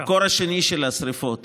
המקור השני של השרפות